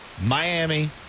Miami